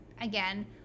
again